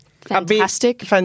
Fantastic